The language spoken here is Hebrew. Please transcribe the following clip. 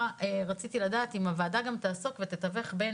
רציתי מאוד לדעת אם הוועדה גם תעסוק ותתווך בין